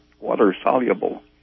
water-soluble